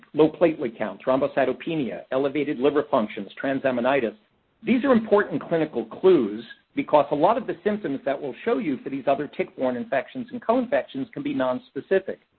low platelet counts, thrombocytopenia, elevated liver functions, transaminitis-these are important clinical clues because a lot of the symptoms that will show you for these other tick-borne infections and co-infections can be nonspecific.